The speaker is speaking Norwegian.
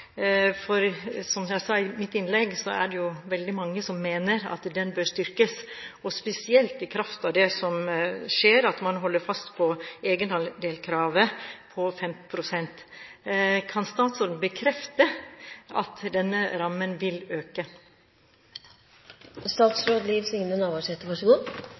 det veldig mange som mener at den bør styrkes, spesielt i lys av det som skjer med at man holder fast på egenandelkravet på 15 pst. Kan statsråden bekrefte at denne rammen vil